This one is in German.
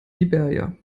liberia